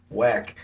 whack